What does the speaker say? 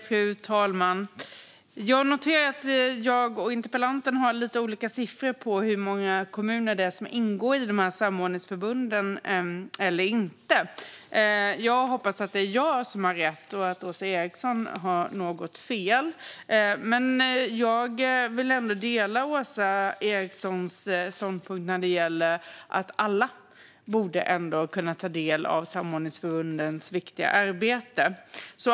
Fru talman! Jag noterar att jag och interpellanten har lite olika siffror när det gäller hur många kommuner som ingår i dessa samordningsförbund. Jag hoppas att det är jag som har rätt och att Åsa Eriksson har lite fel. Men jag delar Åsa Erikssons ståndpunkt när det gäller att alla borde kunna ta del av samordningsförbundens viktiga arbete.